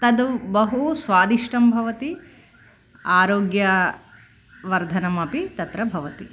तद् बहु स्वादिष्टं भवति आरोग्यवर्धनम् अपि तत्र भवति